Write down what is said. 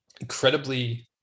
incredibly